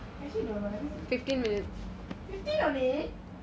actually don't know let me see fifteen only